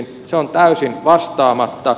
se on täysin vastaamatta